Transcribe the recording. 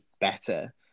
better